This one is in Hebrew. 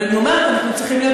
אבל אני אומרת שאנחנו צריכים,